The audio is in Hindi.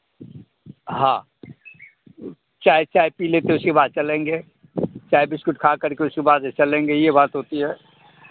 हाँ चाय चाय पी लेते हैं उसके बाद चलेंगे चाय बिस्कुट खा कर के उसके बाद ही चलेंगे ये बात होती है